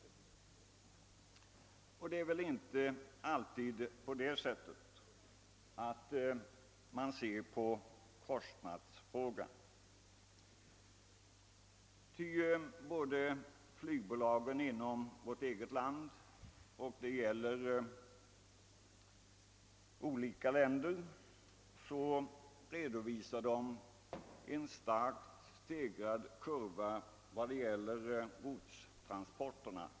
Kostnadsfrågan är dock inte alltid av görande; flygbolagen både inom vårt eget land och inom andra länder redovisar en starkt stigande kurva, inte minst för godstransporterna.